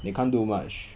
they can't do much